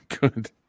good